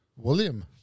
William